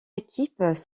équipes